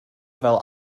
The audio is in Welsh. fel